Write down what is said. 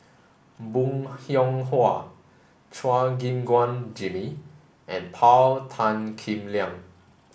Bong Hiong Hwa Chua Gim Guan Jimmy and Paul Tan Kim Liang